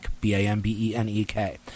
B-A-M-B-E-N-E-K